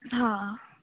हां